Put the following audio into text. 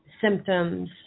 symptoms